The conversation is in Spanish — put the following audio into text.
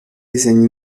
diseño